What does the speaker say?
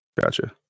Gotcha